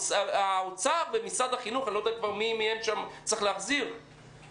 שהאוצר ומשרד החינוך אני כבר לא יודע מי שם צריך להחזיר לא מחזירים.